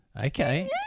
Okay